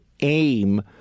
aim